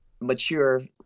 mature